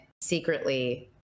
secretly